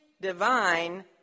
divine